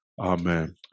Amen